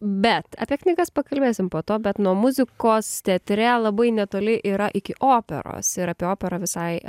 bet apie knygas pakalbėsim po to bet nuo muzikos teatre labai netoli yra iki operos ir apie operą visai